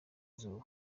izuba